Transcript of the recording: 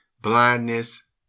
blindness